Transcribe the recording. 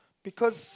because